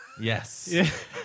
Yes